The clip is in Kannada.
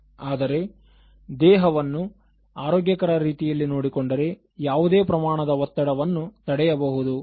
ಆದರೆ ದೇಹವನ್ನು ಆರೋಗ್ಯಕರ ರೀತಿಯಲ್ಲಿ ನೋಡಿಕೊಂಡರೆ ಯಾವುದೇ ಪ್ರಮಾಣದ ಒತ್ತಡವನ್ನು ತಡೆಯಬಹುದು